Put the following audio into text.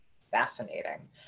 fascinating